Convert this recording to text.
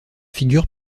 figure